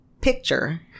picture